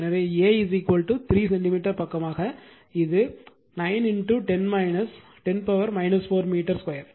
எனவே A 3 centimetre பக்கமாக இது 9 10 4 மீட்டர் ஸ்கொயர்